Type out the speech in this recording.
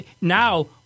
Now